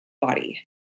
body